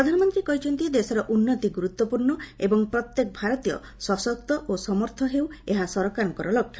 ପ୍ରଧାନମନ୍ତ୍ରୀ କହିଛନ୍ତି ଦେଶର ଉନ୍ନତି ଗୁରୁତ୍ୱପୂର୍ଣ୍ଣ ଏବଂ ପ୍ରତ୍ୟେକ ଭାରତୀୟ ସଶକ୍ତ ଓ ସମର୍ଥ ହେଉ ଏହା ସରକାରଙ୍କ ଲକ୍ଷ୍ୟ